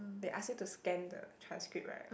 they ask you to scan the transcript right